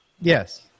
Yes